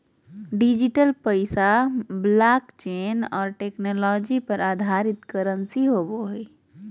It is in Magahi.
डिजिटल पैसा ब्लॉकचेन और टेक्नोलॉजी पर आधारित करंसी होवो हइ